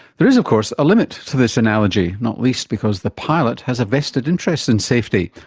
there is of course a limit to this analogy, not least because the pilot has a vested interest in safety.